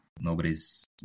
nobody's